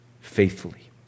faithfully